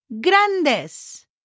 grandes